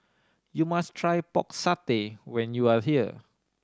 you must try Pork Satay when you are here